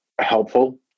helpful